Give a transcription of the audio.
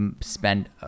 spend